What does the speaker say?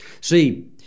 See